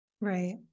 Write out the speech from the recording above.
Right